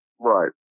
Right